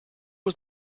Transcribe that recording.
was